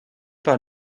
par